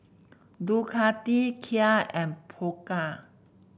Ducati Kia and Pokka